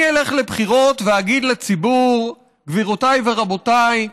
אני אלך לבחירות ואגיד לציבור: גבירותיי ורבותיי,